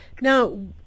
Now